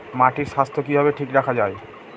মাটির স্বাস্থ্য কিভাবে ঠিক রাখা যায়?